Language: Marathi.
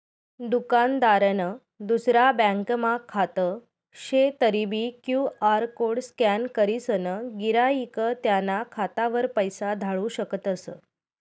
दुकानदारनं दुसरा ब्यांकमा खातं शे तरीबी क्यु.आर कोड स्कॅन करीसन गिराईक त्याना खातावर पैसा धाडू शकतस